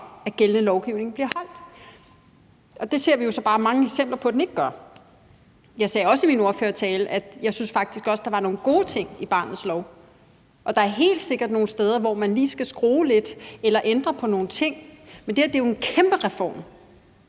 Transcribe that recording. at gældende lovgivning bliver overholdt, og det ser vi jo så bare mange eksempler på at den ikke gør. Jeg sagde også i min ordførertale, at jeg faktisk også syntes, at der var nogle gode ting i barnets lov, og der er helt sikkert nogle steder, hvor man lige skal skrue lidt eller ændre på nogle ting. Men det her er jo en kæmpereform,